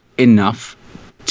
enough